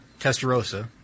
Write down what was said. Testarossa